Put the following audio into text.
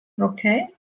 Okay